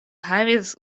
havis